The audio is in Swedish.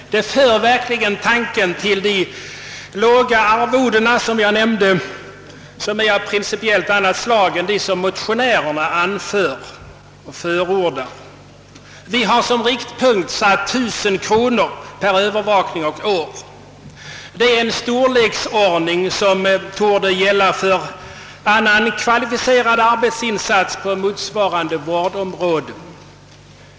Det för verkligen tanken till de låga arvodena, som jag nämnde är av principiellt annat slag än de som motionärerna anför och förordar. Vi har som riktpunkt satt 1000 kronor per man och år i övervakningsarvode. Det är en storleksordning som torde gälla för annan kvalificerad arbetsuppgift på motsvarande vårdområde.